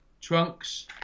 trunks